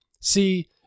See